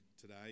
today